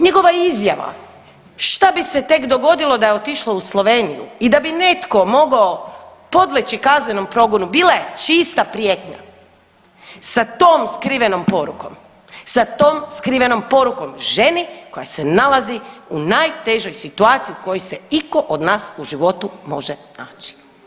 Njegova izjava šta bi se tek dogodilo da je otišla u Sloveniju i da bi netko mogao podleći kaznenom progonu bila je čista prijetnja sa tom skrivenom porukom, sa tom skrivenom porukom ženi koja se nalazi u najtežoj situaciji u kojoj se itko od nas u životu može naći.